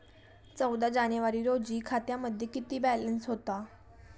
चौदा जानेवारी रोजी खात्यामध्ये किती बॅलन्स होता?